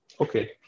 Okay